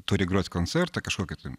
turi grot koncertą kažkokį tai